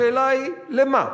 השאלה היא: למה?